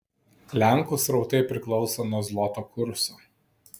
lenkų srautai priklauso nuo zloto kurso